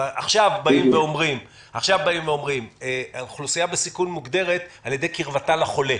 עכשיו אומרים: האוכלוסייה בסיכון מוגדרת על ידי קרבתה לחולה.